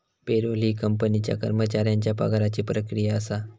payroll ही कंपनीच्या कर्मचाऱ्यांच्या पगाराची प्रक्रिया असा